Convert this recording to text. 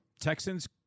Texans